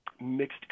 mixed